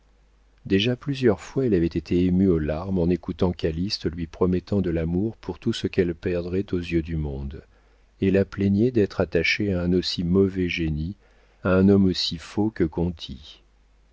déjà plusieurs fois elle avait été émue aux larmes en écoutant calyste lui promettant de l'amour pour tout ce qu'elle perdrait aux yeux du monde et la plaignant d'être attachée à un aussi mauvais génie à un homme aussi faux que conti